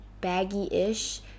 baggy-ish